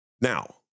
Now